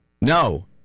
No